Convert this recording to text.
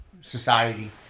society